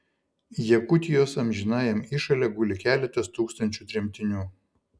jakutijos amžinajam įšale guli keletas tūkstančių tremtinių